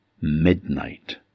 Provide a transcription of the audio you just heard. midnight